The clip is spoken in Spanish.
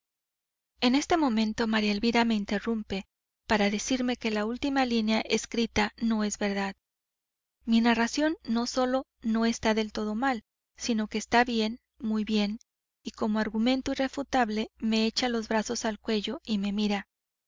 en este momento maría elvira me interrumpe para decirme que la última línea escrita no es verdad mi narración no sólo no está del todo mal sino que está bien muy bien y como argumento irrefutable me echa los brazos al cuello y me mira